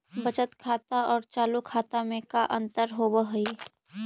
बचत खाता और चालु खाता में का अंतर होव हइ?